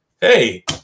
Hey